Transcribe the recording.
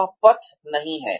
वह पथ नहीं है